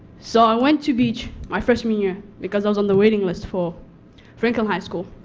so i went to beach my freshman year because i was on the waiting list for franklin high school,